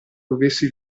dovessi